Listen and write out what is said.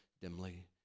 dimly